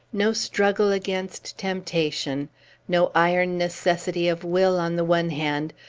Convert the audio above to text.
no struggle against temptation no iron necessity of will, on the one hand,